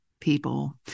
people